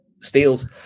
steals